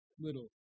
little